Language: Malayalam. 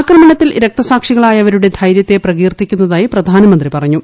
ആക്രമണത്തിൽ രക്തസാക്ഷികളായവരുടെ ധൈര്യത്തെ പ്രകീർത്തിക്കുന്നതായി പ്രധാനമന്ത്രി പറഞ്ഞു